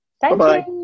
Bye-bye